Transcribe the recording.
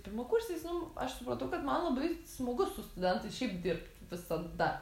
pirmakursis nu aš supratau kad man labai smagu su studentais šiaip dirbt visada